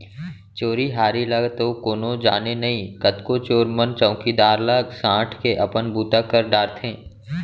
चोरी हारी ल तो कोनो जाने नई, कतको चोर मन चउकीदार ला सांट के अपन बूता कर डारथें